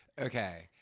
Okay